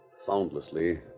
Soundlessly